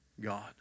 God